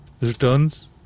returns